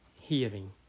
hearing